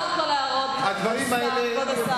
הדברים האלה הם